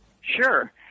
Sure